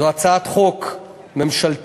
זו הצעת חוק ממשלתית